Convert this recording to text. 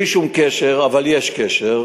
בלי שום קשר, אבל יש קשר,